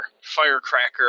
firecracker